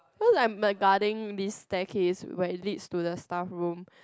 cause I'm a guarding this staircase where it leads to the staff room